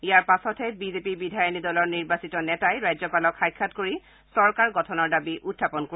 ইয়াৰ পাছতহে বিজেপি বিধায়িনী দলৰ নিৰ্বাচিত নেতাই ৰাজ্যপালক সাক্ষাৎ কৰি চৰকাৰ গঠনৰ দাবী উখাপন কৰিব